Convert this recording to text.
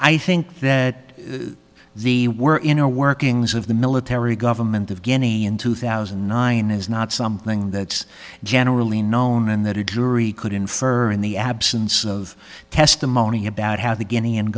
i think that the were inner workings of the military government of guinea in two thousand and nine is not something that's generally known and that a jury could infer in the absence of testimony about how the guinea